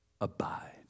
Abide